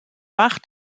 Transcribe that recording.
bach